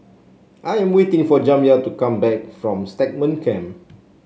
I am waiting for Jamya to come back from Stagmont Camp